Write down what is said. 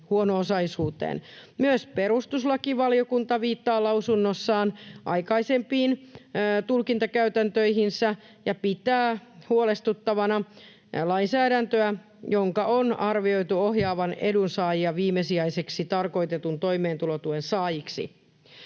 Myös perustuslakivaliokunta viittaa lausunnossaan aikaisempiin tulkintakäytäntöihinsä ja pitää huolestuttavana lainsäädäntöä, jonka on arvioitu ohjaavan etuudensaajia viimesijaiseksi tarkoitetun toimeentulotuen saajiksi.